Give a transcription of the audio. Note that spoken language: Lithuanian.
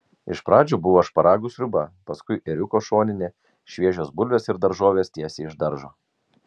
iš pradžių buvo šparagų sriuba paskui ėriuko šoninė šviežios bulvės ir daržovės tiesiai iš daržo